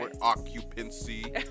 Occupancy